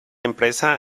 empresa